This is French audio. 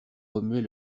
remuaient